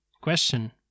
question